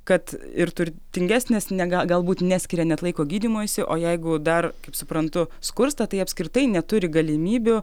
kad ir turtingesnės ne ga galbūt neskiria net laiko gydymuisi o jeigu dar kaip suprantu skursta tai apskritai neturi galimybių